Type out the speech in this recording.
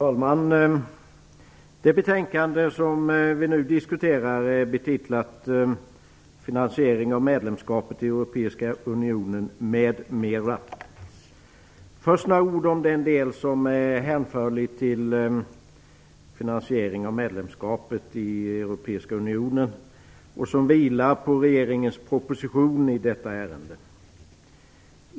Fru talman! Det betänkande som vi nu diskuterar är betitlat Finansiering av medlemskapet i Europeiska unionen, m.m. Först vill jag säga några ord om den del som är hänförlig till finansiering av medlemskapet i Europeiska unionen och som vilar på regeringens proposition i detta ärende.